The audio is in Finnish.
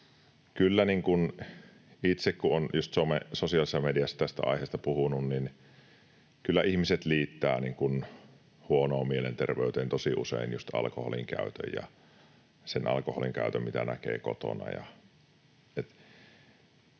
olen just sosiaalisessa mediassa tästä aiheesta puhunut, niin kyllä ihmiset liittävät huonoon mielenterveyteen tosi usein just alkoholinkäytön ja sen alkoholinkäytön, mitä näkee kotona.